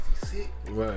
Right